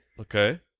Okay